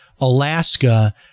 Alaska